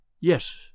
Yes